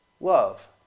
love